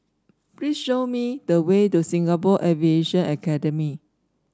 please show me the way to Singapore Aviation Academy